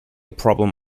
problem